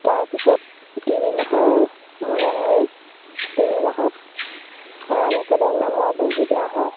তাৰপিছত তিনি মাহৰ মূৰে মূৰে তিনিমাহত ৰাণী খেদক নামৰ বেজী দিয়া হয়